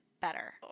better